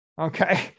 Okay